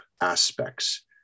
aspects